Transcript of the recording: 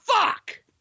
fuck